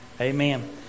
Amen